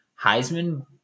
Heisman